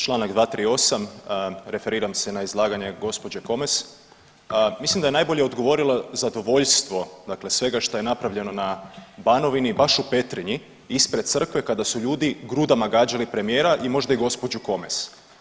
Članak 238., referiram se na izlaganje gospođe Komes, mislim da je najbolje odgovorilo zadovoljstvo dakle svega što je napravljeno na Banovini baš u Petrinji ispred crkve kada su ljudi grudama gađali premijera i možda i gospođu Komes.